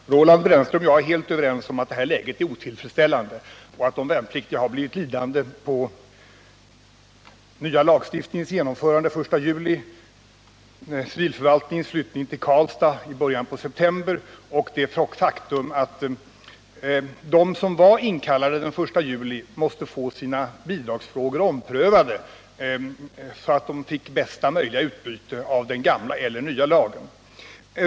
Herr talman! Roland Brännström och jag är helt överens om att läget är otillfredsställande och att de värnpliktiga blivit lidande på den nya lagstiftningens genomförande den 1 juli, civilförvaltningens flyttning till Karlstad i början av september och det faktum att de som var inkallade den 1 juli måste få sina bidragsfrågor omprövade så att de fick bästa möjliga utbyte av den gamla eller nya lagen.